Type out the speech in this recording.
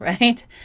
right